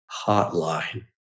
hotline